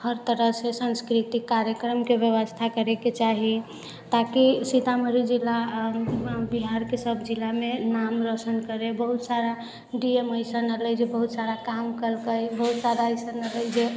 हर तरहसँ संस्कृतिक कार्यक्रमके व्यवस्था करयके चाही ताकि सीतामढ़ी जिला बिहारके सभजिलामे नाम रौशन करय बहुत सारा डी एम अइसन एलय जे बहुत सारा काम केलकै बहुत सारा अइसन एलै जे